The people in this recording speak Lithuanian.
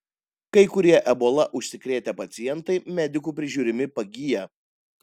kai kurie ebola užsikrėtę pacientai medikų prižiūrimi pagyja